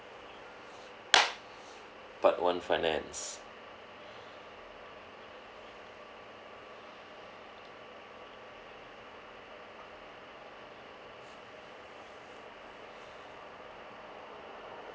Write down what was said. part one finance